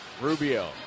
Rubio